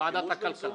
הכלכלה.